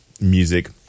music